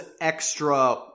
extra